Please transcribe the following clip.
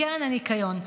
מקרן הניקיון,